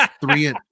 three